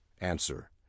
Answer